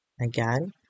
Again